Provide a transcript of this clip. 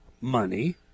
money